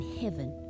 heaven